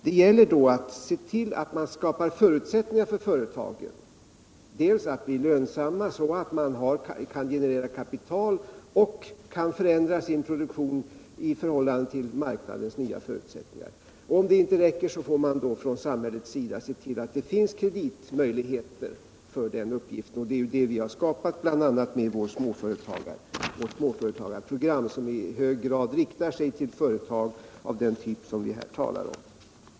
Det gäller då att se till att man skapar förutsättningar för företagen att bli lönsamma så att man har mera kapital och kan förändra sin produktion i förhållande till marknadens nya förutsättningar. Om det inte räcker får man från samhällets sida se till att det finns kreditmöjligheter för den uppgiften, och det är ju detta vi skapat bl.a. med vårt småföretagarprogram som i hög grad riktar sig till företag av den typ vi här talar om.